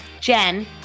Jen